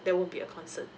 that won't be a concern